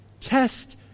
Test